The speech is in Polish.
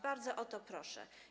Bardzo o to proszę.